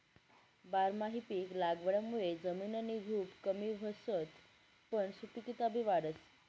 बारमाही पिक लागवडमुये जमिननी धुप कमी व्हसच पन सुपिकता बी वाढस